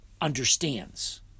understands